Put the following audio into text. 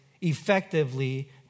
effectively